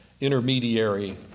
intermediary